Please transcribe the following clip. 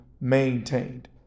maintained